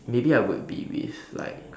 maybe I would be this like